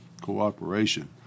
Cooperation